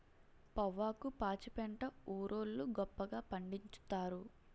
పొవ్వాకు పాచిపెంట ఊరోళ్లు గొప్పగా పండిచ్చుతారు